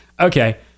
okay